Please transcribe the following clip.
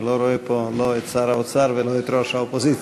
אני לא רואה פה לא את שר האוצר ולא את ראש האופוזיציה.